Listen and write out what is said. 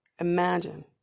Imagine